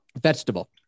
Vegetable